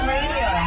Radio